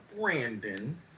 Brandon